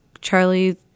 Charlie